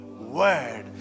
word